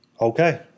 Okay